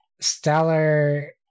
stellar